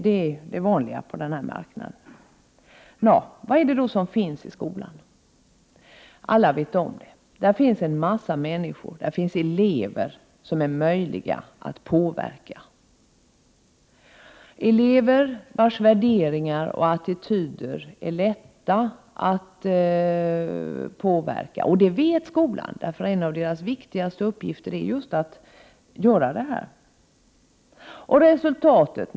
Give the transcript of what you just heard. Det är ju det vanliga på denna marknad. Vad är det som finns i skolan? Alla vet det: Där finns en mängd människor, elever som det är möjligt att påverka, elever vilkas värderingar och attityder är lätta att påverka. Det vet skolan, eftersom detta just är en av skolans viktigaste uppgifter.